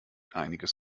einiges